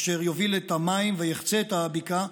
אשר יוביל את המים ויחצה את הבקעה,